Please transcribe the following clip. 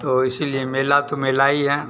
तो इसीलिए मेला तो मेला ही हैं